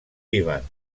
líban